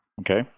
Okay